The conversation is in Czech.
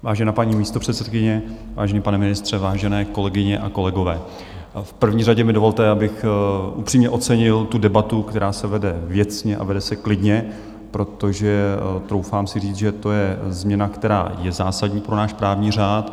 Vážená paní místopředsedkyně, vážený pane ministře, vážené kolegyně a kolegové, v první řadě mi dovolte, abych upřímně ocenil debatu, která se vede věcně a vede se klidně, protože troufám si říct, že to je změna, která je zásadní pro náš právní řád.